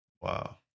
Wow